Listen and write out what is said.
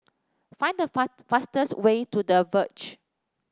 find fast the fastest way to The Verge